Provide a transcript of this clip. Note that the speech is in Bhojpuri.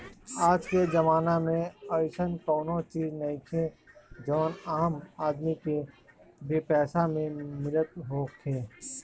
आजके जमाना में अइसन कवनो चीज नइखे जवन आम आदमी के बेपैसा में मिलत होखे